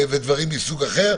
בנוסף לכך,